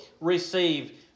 receive